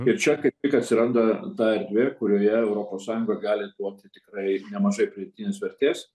ir čia kaip tik atsiranda ta erdvė kurioje europos sąjunga gali duoti tikrai nemažai pridėtinės vertės